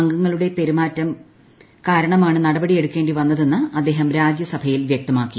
അംഗങ്ങളുടെ പെരുമാറ്റം കാരണമാണ് നടപടി എടുക്കേണ്ടി വന്നുക്ക്ന് അദ്ദേഹം രാജ്യസഭയിൽ വൃക്തമാക്കി